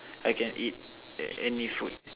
I can eat a~ any food